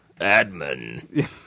admin